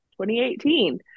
2018